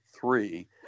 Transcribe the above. three